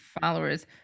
followers